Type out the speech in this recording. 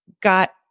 got